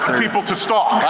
people to stalk.